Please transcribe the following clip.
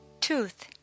tooth